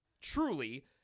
truly